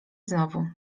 znowu